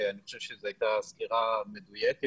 אני חושב שזו הייתה סקירה מדויקת